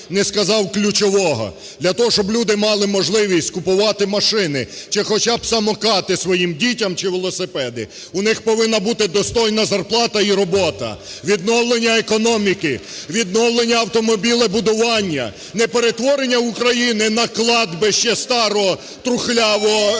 Для того, щоб люди мали можливість купувати машини, чи хоча б самокати своїм дітям, чи велосипеди, у них повинна бути достойна зарплата і робота, відновлення економіки, відновлення автомобілебудування, не перетворення України на кладбище старого трухлявого збіжжя